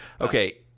Okay